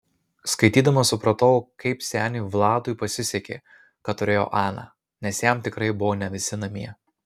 skaitydama supratau kaip seniui vladui pasisekė kad turėjo aną nes jam tikrai buvo ne visi namie